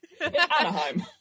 Anaheim